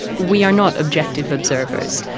we are not objective observers.